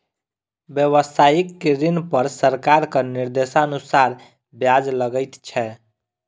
व्यवसायिक ऋण पर सरकारक निर्देशानुसार ब्याज लगैत छै